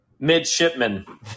Midshipman